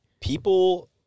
People